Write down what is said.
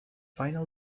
final